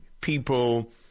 people